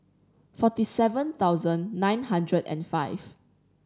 forty seven thousand nine hundred and five